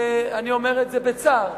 ואני אומר את זה בצער,